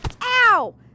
Ow